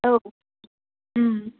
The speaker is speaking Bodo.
औ ओम